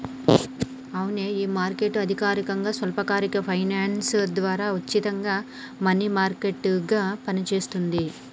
అవునే ఈ మార్కెట్ అధికారకంగా స్వల్పకాలిక ఫైనాన్స్ ద్వారా ఉచితంగా మనీ మార్కెట్ గా పనిచేస్తుంది